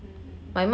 mm